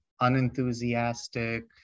unenthusiastic